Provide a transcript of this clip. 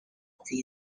within